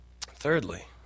Thirdly